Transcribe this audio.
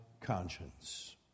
conscience